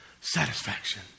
satisfaction